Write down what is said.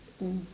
mm